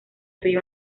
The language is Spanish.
río